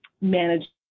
manage